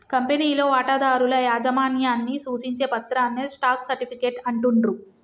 కంపెనీలో వాటాదారుల యాజమాన్యాన్ని సూచించే పత్రాన్నే స్టాక్ సర్టిఫికేట్ అంటుండ్రు